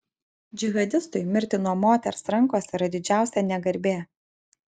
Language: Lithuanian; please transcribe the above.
džihadistui mirti nuo moters rankos yra didžiausia negarbė